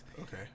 Okay